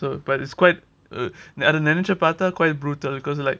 so but it's quite a அத நினச்சு பார்த்தா:adha ninaichi paartha call it brutal because like